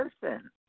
person